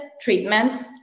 treatments